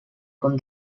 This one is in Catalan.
com